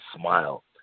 smile